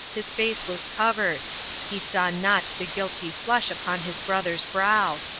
his face was covered he saw not the guilty flush upon his brother's brow,